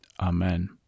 Amen